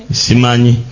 simani